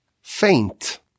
faint